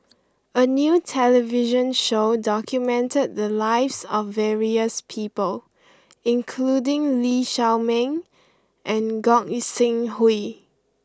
a new television show documented the lives of various people including Lee Shao Meng and Gog Sing Hooi